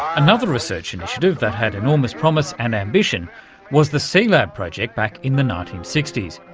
another research initiative that had enormous promise and ambition was the sealab project back in the nineteen sixty s.